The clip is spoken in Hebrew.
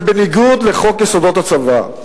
זה בניגוד לחוק-יסוד: הצבא.